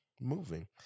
moving